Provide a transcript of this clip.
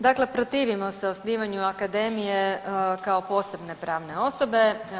Dakle protivimo se osnivanju Akademije kao posebne pravne osobe.